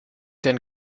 denn